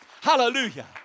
Hallelujah